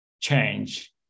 change